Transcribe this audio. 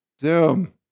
zoom